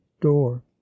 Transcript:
door